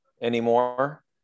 anymore